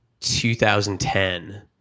2010